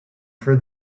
for